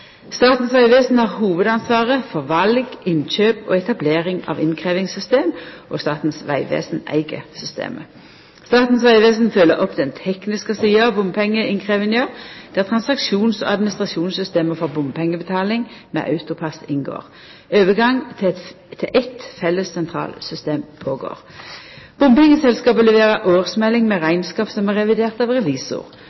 Statens vegvesen har hovudansvaret for val, innkjøp og etablering av innkrevjingssystem, og Statens vegvesen eig systemet. Statens vegvesen følgjer opp den tekniske sida av bompengeinnkrevjinga, der transaksjons- og administrasjonssystema for bompengebetaling med AutoPASS inngår. Overgang til eitt felles sentralsystem pågår. Bompengeselskapa leverer årsmelding med